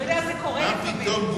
מה פתאום?